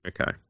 Okay